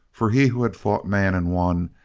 for he who had fought man, and won,